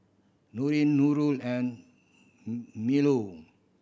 Nurin Nurul and Melur